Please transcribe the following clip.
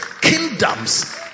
kingdoms